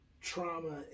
trauma